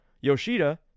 Yoshida